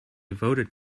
voted